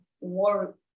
war